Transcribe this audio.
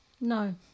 No